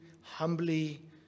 humbly